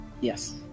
Yes